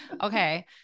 Okay